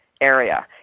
area